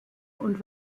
und